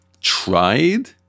tried